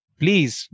please